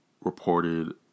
reported